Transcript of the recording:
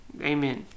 Amen